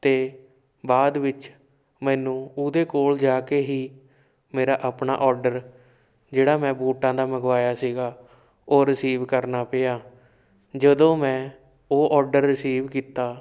ਅਤੇ ਬਾਅਦ ਵਿੱਚ ਮੈਨੂੰ ਉਹਦੇ ਕੋਲ ਜਾ ਕੇ ਹੀ ਮੇਰਾ ਆਪਣਾ ਔਡਰ ਜਿਹੜਾ ਮੈਂ ਬੂਟਾਂ ਦਾ ਮੰਗਵਾਇਆ ਸੀਗਾ ਉਹ ਰਿਸੀਵ ਕਰਨਾ ਪਿਆ ਜਦੋਂ ਮੈਂ ਉਹ ਔਡਰ ਰਿਸੀਵ ਕੀਤਾ